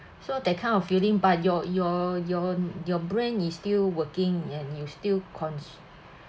so that kind of feeling but your your your your brain is still working and you still conscious